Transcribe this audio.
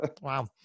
Wow